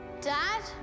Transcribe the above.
Dad